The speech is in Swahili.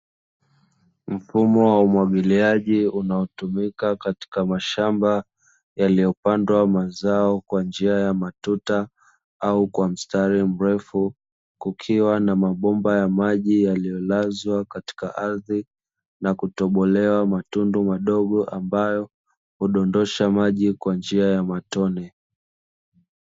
Mfumo wa umwagiliaji unaotumika katika mashamba yaliyipandwa mazao kwa njia ya matuta au kwa mstari mrefu, kukiwa na mabomba ya maji yaliyolazwa katika ardhi na kutobolewa matundu madogo ambayo hudondosha maji kwa njia ya matone.